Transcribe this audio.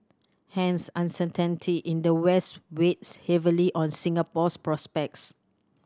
hence uncertainty in the West weighs heavily on Singapore's prospects